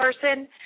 person